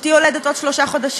אשתי יולדת עוד שלושה חודשים.